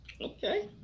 Okay